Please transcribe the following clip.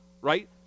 right